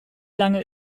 lange